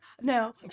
no